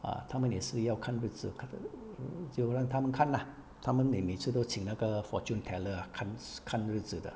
啊他们也是要看日子看 err err 就让他们看啦他们每每次都请那个 fortune teller ah 看看日子的